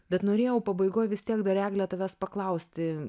bet norėjau pabaigoj vis tiek dar egle tavęs paklausti